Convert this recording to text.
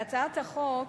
הצעת החוק